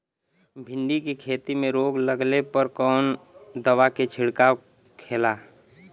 भिंडी की खेती में रोग लगने पर कौन दवा के छिड़काव खेला?